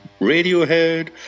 Radiohead